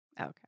Okay